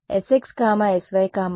విద్యార్థి sxs y